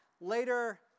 Later